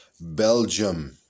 Belgium